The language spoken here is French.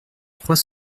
trois